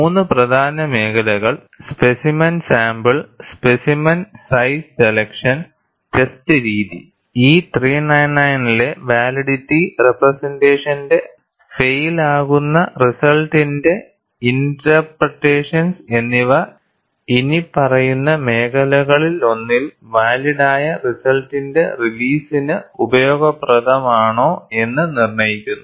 മൂന്ന് പ്രധാന മേഖലകൾ specimen sample specimen size selection test രീതി E 399 ലെ വാലിഡിറ്റി റെപ്രെസെന്റഷന്റെ ഫൈയിൽ ആകുന്ന റിസൾട്ടിന്റെ ഇന്റർപ്രെറ്റേഷൻസ് എന്നിവ ഇനിപ്പറയുന്ന മേഖലകളിലൊന്നിൽ വാലിഡായ റിസൾട്ടിന്റെ റിലീസിന് ഉപയോഗപ്രദമാണോ എന്ന് നിർണ്ണയിക്കുന്നു